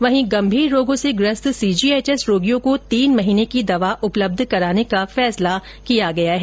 वहीं गंभीर रोगों से ग्रस्त सीजीएचएस रोगियों को तीन महीने की दवा उपलब्ध कराने का फैसला किया गया है